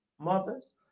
mothers